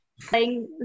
playing